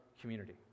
community